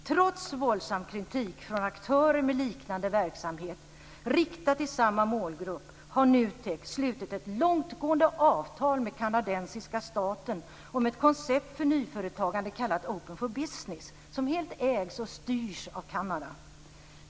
Trots våldsam kritik från aktörer med liknande verksamhet riktad till samma målgrupp har NUTEK slutit ett långtgående avtal med kanadensiska staten om ett koncept för nyföretagande kallat Open for Business, som helt ägs och styrs av Kanada.